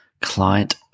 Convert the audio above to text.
Client